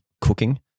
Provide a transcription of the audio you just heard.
cooking